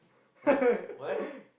!huh! what